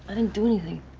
i didn't do anything.